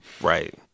Right